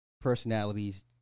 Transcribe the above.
personalities